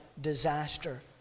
disaster